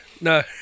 No